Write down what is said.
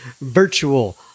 virtual